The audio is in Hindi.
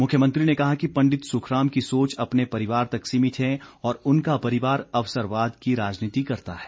मुख्यमंत्री ने कहा कि पंडित सुखराम की सोच अपने परिवार तक समिति है और उनका परिवार अवसरवाद की राजनीति करता है